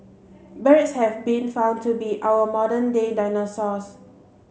birds have been found to be our modern day dinosaurs